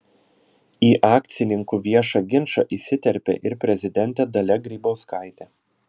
į akcininkų viešą ginčą įsiterpė ir prezidentė dalia grybauskaitė